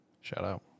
Shout-out